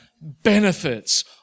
benefits